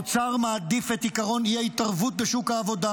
האוצר מעדיף את עיקרון האי-התערבות בשוק העבודה,